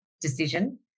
decision